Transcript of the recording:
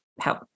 help